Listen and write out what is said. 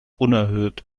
unerhört